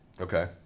Okay